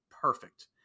perfect